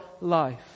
life